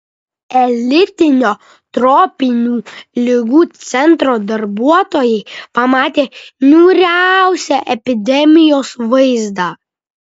elitinio tropinių ligų centro darbuotojai pamatė niūriausią epidemijos vaizdą